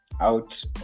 out